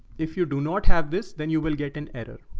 if you do not have this, then you will get an error.